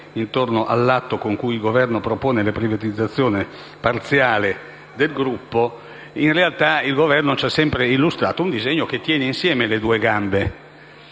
sull'atto con cui il Governo propone la privatizzazione parziale del gruppo, il Governo ci abbia sempre illustrato un disegno che tiene insieme le due gambe